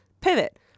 pivot